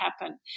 happen